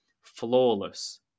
flawless